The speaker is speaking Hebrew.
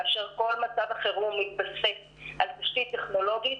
כאשר כל מצב החירום יתבסס על תשתית טכנולוגית,